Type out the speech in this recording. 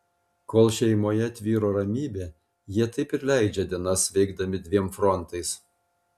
kol šeimoje tvyro ramybė jie taip ir leidžia dienas veikdami dviem frontais